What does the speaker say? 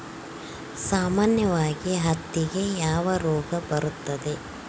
ಸಾಮಾನ್ಯವಾಗಿ ಹತ್ತಿಗೆ ಯಾವ ರೋಗ ಬರುತ್ತದೆ?